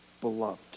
beloved